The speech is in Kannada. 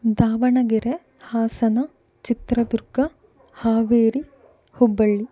ದಾವಣಗೆರೆ ಹಾಸನ ಚಿತ್ರದುರ್ಗ ಹಾವೇರಿ ಹುಬ್ಬಳ್ಳಿ